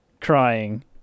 crying